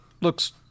looks